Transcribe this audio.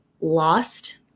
lost